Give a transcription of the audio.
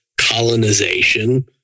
colonization